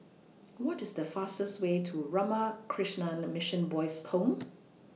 What IS The fastest Way to Ramakrishna Mission Boys' Home